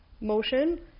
motion